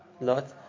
Lot